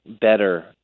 better